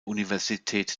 universität